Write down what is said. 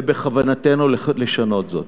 ובכוונתנו לשנות זאת.